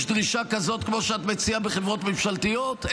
יש דרישה כזאת כמו שאת מציעה בחברות ממשלתיות?